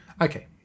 okay